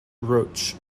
roch